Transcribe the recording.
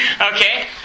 Okay